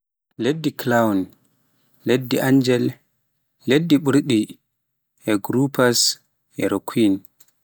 Liɗɗi clown, Liɗɗi Angel, Liɗɗi ɓuuɓɗi, Groupers e Requins